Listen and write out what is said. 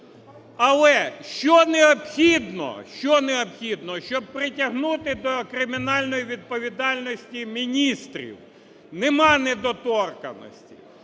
що необхідно, щоб притягнути до кримінальної відповідальності міністрів? Немає недоторканності.